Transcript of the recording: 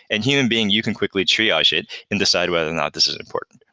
and human being, you can quickly triage it and decide whether or not this is important.